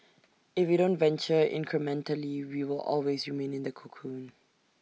if we don't venture incrementally we will always remain in the cocoon